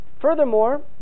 Furthermore